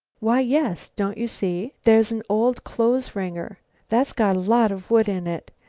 why, yes! don't you see? there's an old clothes wringer that's got a lot of wood in it.